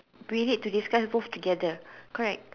we need to discuss both together correct